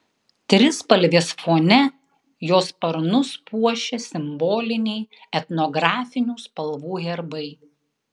trispalvės fone jo sparnus puošia simboliniai etnografinių spalvų herbai